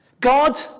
god